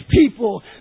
people